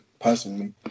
personally